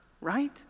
right